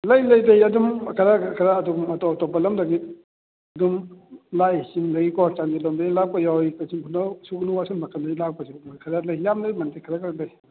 ꯂꯩ ꯂꯩ ꯂꯩ ꯑꯗꯨꯝ ꯈꯔ ꯈꯔ ꯑꯗꯨꯝ ꯑꯇꯣꯞ ꯑꯇꯣꯞꯄ ꯂꯝꯗꯒꯤ ꯑꯗꯨꯝ ꯂꯥꯛꯏ ꯆꯤꯡꯗꯩꯀꯣ ꯆꯥꯟꯗꯦꯜ ꯂꯣꯝꯗꯩ ꯂꯥꯛꯄ ꯌꯥꯎꯋꯤ ꯀꯛꯆꯤꯡ ꯈꯨꯅꯧ ꯁꯨꯒꯅꯨ ꯑꯁꯣꯝ ꯅꯥꯀꯟꯗꯒꯤ ꯂꯥꯛꯄꯁꯨ ꯃꯣꯏ ꯈꯔ ꯂꯩ ꯌꯥꯝ ꯂꯩꯕꯕꯨꯗꯤ ꯅꯠꯇꯦ ꯈꯔ ꯈꯔ ꯂꯩ